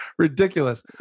Ridiculous